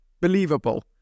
Believable